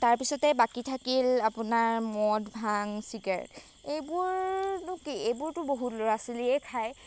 তাৰপিছতে বাকী থাকিল আপোনাৰ মদ ভাং চিগাৰেট সেইবোৰনো কি এইবোৰতো বহুত ল'ৰা ছোৱালীয়ে খায়